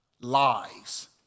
lies